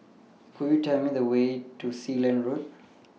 Could YOU Tell Me The Way to Sealand Road